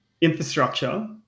infrastructure